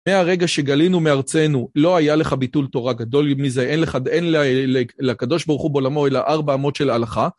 מהרגע שגלינו מארצנו, לא היה לך ביטול תורה גדול מזה, אין לך, אין לקדוש ברוך הוא בעולמו אלא ארבע אמות של הלכה.